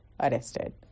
arrested